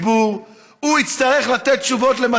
הוא יצטרך לתת תשובות לציבור,